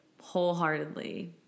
wholeheartedly